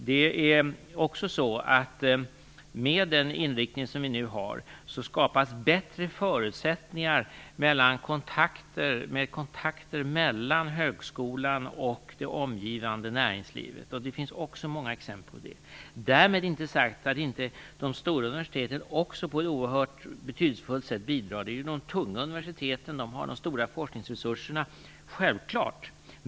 Det är också så att det, med den inriktning vi nu har, skapas bättre förutsättningar för kontakter mellan högskolan och det omgivande näringslivet. Det finns det också många exempel på. Därmed inte sagt att inte också de stora universiteten bidrar på ett oerhört betydelsefullt sätt; det är ju de tunga universiteten och de har de stora forskningsresurserna, det är självklart.